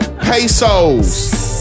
Pesos